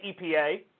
EPA